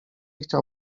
chciał